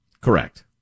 Correct